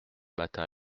matin